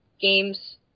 games